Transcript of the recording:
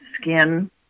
skin